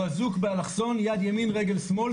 הוא אזוק באלכסון, יד ימין-רגל שמאל.